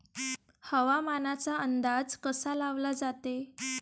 हवामानाचा अंदाज कसा लावला जाते?